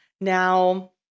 Now